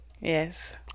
Yes